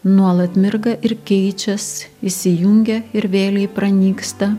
nuolat mirga ir keičias įsijungia ir vėlei pranyksta